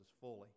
fully